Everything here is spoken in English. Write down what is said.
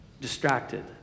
distracted